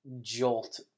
jolt